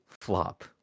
flop